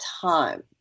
time